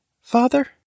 father